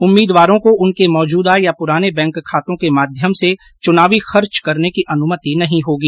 उम्मीदवारों को उनके मौजूदा या पुराने बैंक खातों के माध्यम से चुनावी खर्च करने की अनुमति नहीं होगी